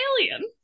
alien